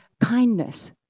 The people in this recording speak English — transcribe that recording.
kindness